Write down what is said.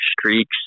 streaks